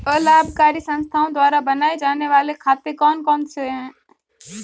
अलाभकारी संस्थाओं द्वारा बनाए जाने वाले खाते कौन कौनसे हैं?